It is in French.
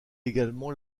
également